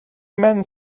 men